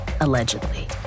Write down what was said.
allegedly